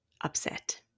upset